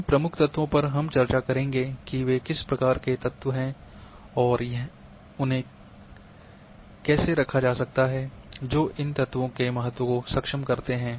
इन प्रमुख तत्वों पर हम चर्चा करेंगे कि वे किस प्रकार के तत्व हैं और कैसे हैं उन्हें रखा जा सकता है जो इन तत्वों के महत्व को सक्षम करते हैं